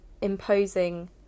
imposing